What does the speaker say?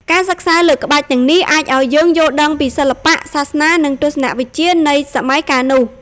ការសិក្សាលើក្បាច់ទាំងនេះ អាចឱ្យយើងយល់ដឹងពីសិល្បៈ សាសនា និងទស្សនវិជ្ជានៃសម័យកាលនោះ។